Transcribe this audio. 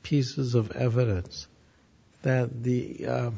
pieces of evidence that the